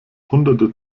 hunderte